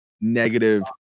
negative